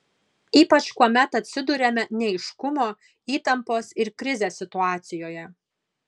ypač kuomet atsiduriame neaiškumo įtampos ir krizės situacijoje